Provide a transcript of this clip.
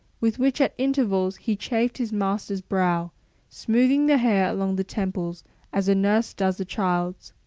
with which at intervals he chafed his master's brow smoothing the hair along the temples as a nurse does a child's.